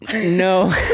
No